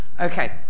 Okay